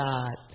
God